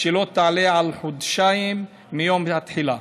שלא תעלה על חודשיים מיום התחילה.